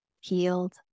healed